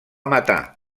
matar